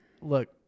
Look